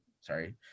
Sorry